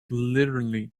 literally